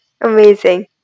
Amazing